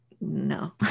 no